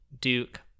Duke